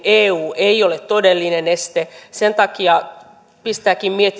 eu ei ole todellinen este ja sen takia pistääkin